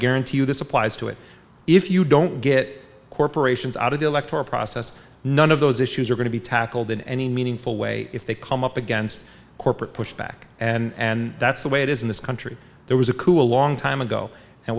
guarantee you this applies to it if you don't get corporations out of the electoral process none of those issues are going to be tackled in any meaningful way if they come up against corporate pushback and that's the way it is in this country there was a coup a long time ago and